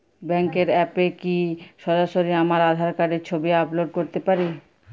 ব্যাংকের অ্যাপ এ কি সরাসরি আমার আঁধার কার্ড র ছবি আপলোড করতে পারি?